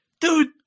dude –